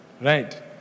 right